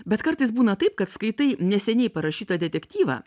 bet kartais būna taip kad skaitai neseniai parašytą detektyvą